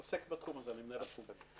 אני מנהל התחום הזה.